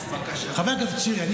חבר הכנסת שירי,